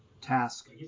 task